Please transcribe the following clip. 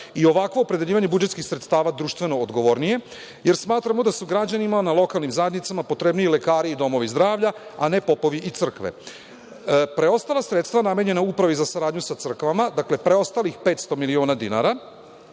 i ovakvo opredeljivanje budžetskih sredstava društveno odgovornije, jer smatramo da su građanima na lokalnim zajednicama potrebniji lekari i domovi zdravlja, a ne popovi i crkve. Preostala sredstva namenjena Upravi za saradnju sa crkvama, dakle, preostalih 500 miliona dinara,